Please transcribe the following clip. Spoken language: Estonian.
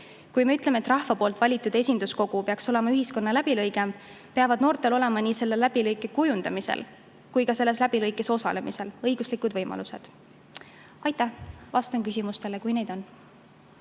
Kui me ütleme, et rahva valitud esinduskogu peaks olema ühiskonna läbilõige, peavad noortel olema nii selle läbilõike kujundamisel kui ka selles läbilõikes osalemisel õiguslikud võimalused. Aitäh! Vastan küsimustele, kui neid on.